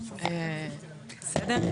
בסדר.